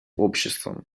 обществом